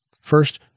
First